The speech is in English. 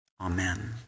Amen